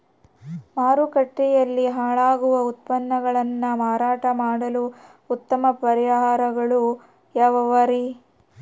ಮಾರುಕಟ್ಟೆಯಲ್ಲಿ ಹಾಳಾಗುವ ಉತ್ಪನ್ನಗಳನ್ನ ಮಾರಾಟ ಮಾಡಲು ಉತ್ತಮ ಪರಿಹಾರಗಳು ಯಾವ್ಯಾವುರಿ?